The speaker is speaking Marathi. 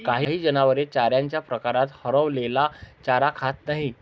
काही जनावरे चाऱ्याच्या प्रकारात हरवलेला चारा खात नाहीत